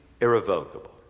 irrevocable